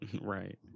Right